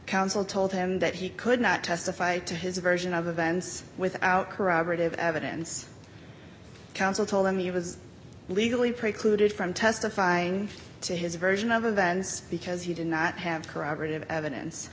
counsel told him that he could not testify to his version of events without corroborative evidence counsel told him he was legally precluded from testifying to his version of events because he did not have corroborative evidence